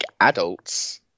adults